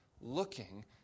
looking